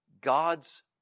God's